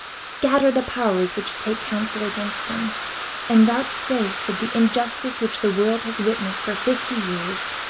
scatter the powers which take counsel against them and vouchsafe that the injustice which the world has witnessed for fifty years,